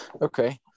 okay